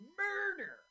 murder